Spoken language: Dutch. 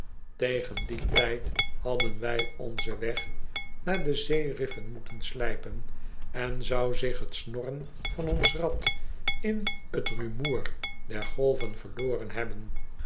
tegen dien tijd hadden wij onzen weg naar de zeeriffen moeten slijpen en zou zich t snorren van ons rad in qjumoer der golven verloren hebben